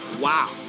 Wow